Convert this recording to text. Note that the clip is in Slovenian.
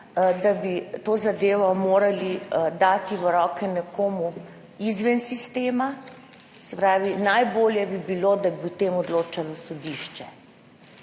da bi to zadevo morali dati v roke nekomu izven sistema. Se pravi, najbolje bi bilo, da bi o tem odločalo sodišče.